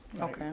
Okay